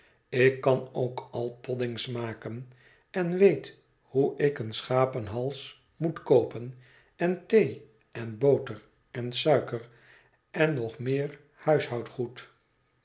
ik kan ook al poddings maken en weet hoe ik een schapenhals moet koopen en thee en boter en suiker en nog meer huishoudgoed